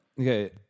Okay